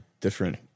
different